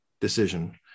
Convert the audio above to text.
decision